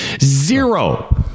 Zero